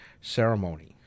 ceremony